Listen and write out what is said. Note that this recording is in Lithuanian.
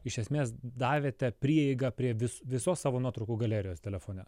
iš esmės davėte prieigą prie vis visos savo nuotraukų galerijos telefone